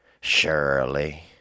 Surely